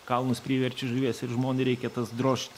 kalnus priverčiu žuvies ir žmonai reikia tas drožt